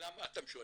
ולמה אתם שואלים?